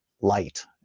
light